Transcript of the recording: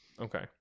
Okay